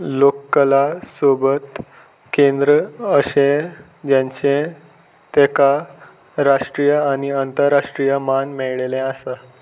लोककला सोबत केंद्र अशें ज्यांचें ताका राष्ट्रीय आनी अंतरराष्ट्रीय मान मेळ्ळेलें आसा